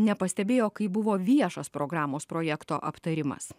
nepastebėjo kai buvo viešos programos projekto aptarimas